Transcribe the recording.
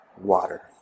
water